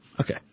okay